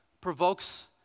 provokes